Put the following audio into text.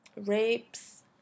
rapes